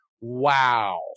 wow